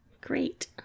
Great